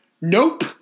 Nope